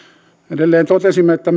edelleen totesimme että